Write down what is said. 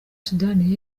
sudani